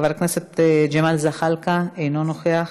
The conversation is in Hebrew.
חבר הכנסת ג'מאל זחאלקה, אינו נוכח,